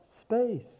space